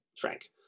frank